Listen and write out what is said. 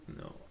No